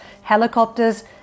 helicopters